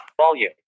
Volume